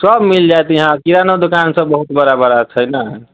सभ मिल जाएत इहा किआ नहि दोकान सभ बहुत बड़ा बड़ा छै ने